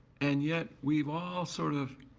and yet, we've all sort of